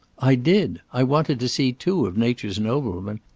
i did. i wanted to see two of nature's noblemen,